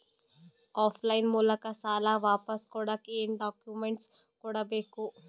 Of line ಮೂಲಕ ಸಾಲ ವಾಪಸ್ ಕೊಡಕ್ ಏನು ಡಾಕ್ಯೂಮೆಂಟ್ಸ್ ಕೊಡಬೇಕು?